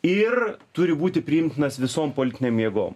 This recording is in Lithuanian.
ir turi būti priimtinas visom politinėm jėgom